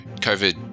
COVID